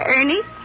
Ernie